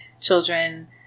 children